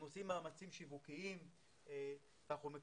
אנחנו עושים מאמצים שיווקיים ואנחנו